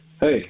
Hey